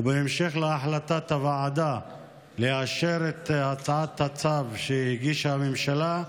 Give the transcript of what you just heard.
ובהמשך להחלטת הוועדה לאשר את הצעת הצו שהגישה הממשלה,